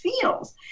feels